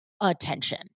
attention